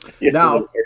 Now